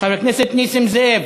חבר הכנסת נסים זאב?